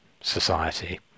society